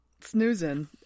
snoozing